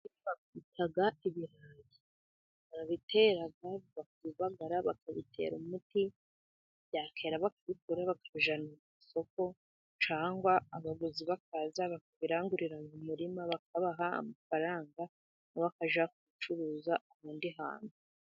Ibi babyita ibirayi. Barabitera bakabibagara, bakabitera umuti, byakwera bakabikura, bakabijyana ku isoko cyangwa abaguzi bakaza bakabirangurira mu murima, bakabaha amafaranga, bo bakajya kubicuruza ahandi hantu.